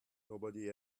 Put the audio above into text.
nobody